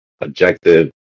objective